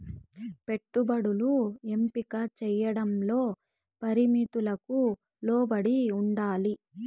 పెట్టుబడులు ఎంపిక చేయడంలో పరిమితులకు లోబడి ఉండాలి